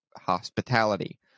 hospitality